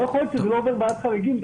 לא יכול להיות שזה לא עובר ועדת חריגים.